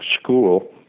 school